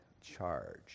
charge